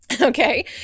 Okay